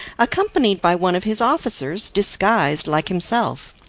accompanied by one of his officers, disguised like himself.